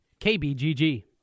KBGG